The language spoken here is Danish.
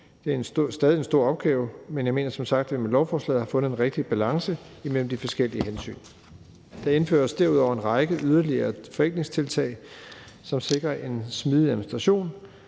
Det er stadig en stor opgave, men jeg mener som sagt, at vi med lovforslaget har fundet en rigtig balance imellem de forskellige hensyn. Der indføres derudover en række yderligere forenklingstiltag, som sikrer en så smidig administration